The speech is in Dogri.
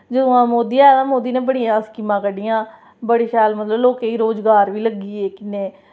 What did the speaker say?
जदूं दा मोदी आए दा बड़ियां जैदा स्कीमां कड्डियां बड़ी शैल मतलब लोकें गी रुजगार बी लग्गी किन्ने गी